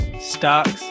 stocks